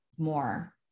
more